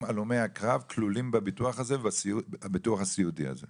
הלומי הקרב כלולים בביטוח הסיעודי הזה.